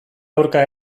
aurka